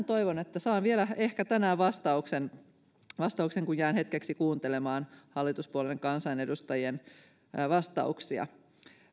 toivon että saan vielä ehkä tänään vastauksen vastauksen kun jään hetkeksi kuuntelemaan hallituspuolueiden kansanedustajien vastauksia